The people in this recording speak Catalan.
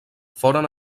foren